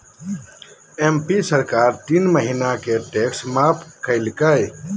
MP सरकार तीन महीना के टैक्स माफ कइल कय